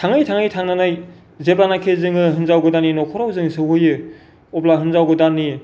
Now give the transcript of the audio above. थाङै थाङै थांनानै जेब्लानाखि जोङो हिनजाव गोदाननि न'खराव जों सहैयो अब्ला हिनजाव गोदाननि